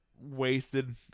wasted